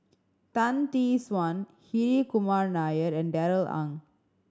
Tan Tee Suan Hri Kumar Nair and Darrell Ang